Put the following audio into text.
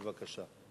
בבקשה.